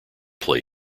play